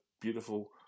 beautiful